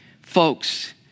Folks